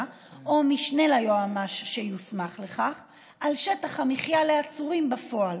או למשנה ליועמ"ש שיוסמך לכך על שטח המחיה לעצורים בפועל.